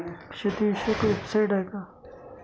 शेतीविषयक वेबसाइट आहे का?